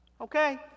okay